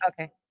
Okay